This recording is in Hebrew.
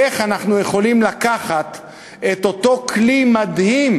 איך אנחנו יכולים לקחת את אותו כלי מדהים,